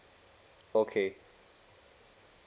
okay